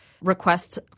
requests